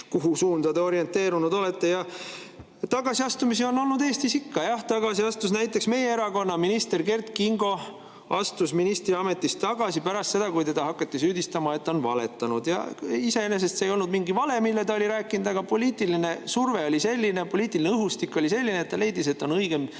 kuhu suunda te orienteerunud olete. Tagasiastumisi on olnud Eestis ikka, jah. Tagasi astus näiteks meie erakonna minister Kert Kingo, astus ministri ametist tagasi pärast seda, kui teda hakati süüdistama, et ta on valetanud. Iseenesest see ei olnud mingi vale, mis ta oli rääkinud, aga poliitiline surve oli selline, poliitiline õhustik oli selline, et ta leidis, et on õigem